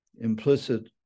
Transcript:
implicit